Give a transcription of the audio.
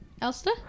Elster